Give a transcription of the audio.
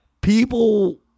people